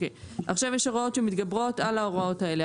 עכשיו, יש הוראות שמתגברות על ההוראות האלה.